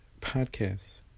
podcasts